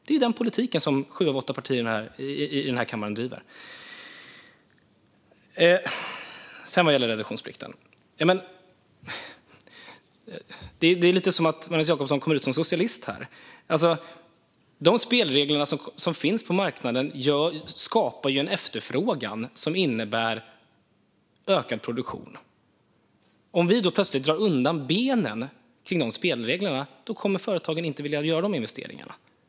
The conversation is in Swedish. Det är den politiken som sju av åtta partier i den här kammaren driver. Vad gäller reduktionsplikten är det lite som att Magnus Jacobsson kommer ut som socialist. De spelregler som finns på marknaden skapar ju en efterfrågan som innebär ökad produktion. Om vi då plötsligt drar undan benen kring de spelreglerna kommer företagen inte att vilja göra de investeringarna.